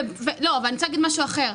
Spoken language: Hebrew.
אבל אני רוצה להגיד משהו אחר.